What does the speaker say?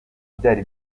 byari